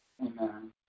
Amen